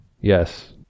Yes